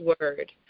word